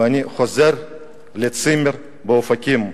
ואני חוזר ל"צימר" באופקים.